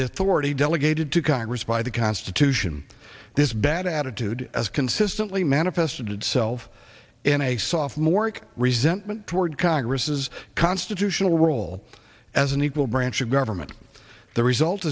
authority delegated to congress by the constitution this bad attitude has consistently manifested itself in a soft more resentment toward congress's constitutional role as an equal branch of government the result